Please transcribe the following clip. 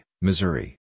Missouri